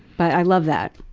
but i love that.